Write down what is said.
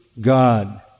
God